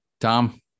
Tom